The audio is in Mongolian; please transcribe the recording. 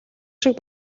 шиг